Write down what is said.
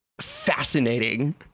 fascinating